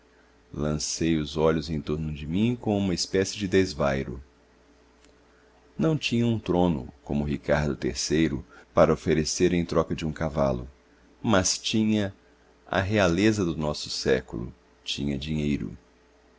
lancei os olhos em torno de mim com uma espécie de desvario não tinha um trono como ricardo iii para oferecer em troca de um cavalo mas tinha a realeza do nosso século tinha dinheiro